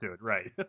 Right